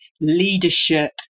leadership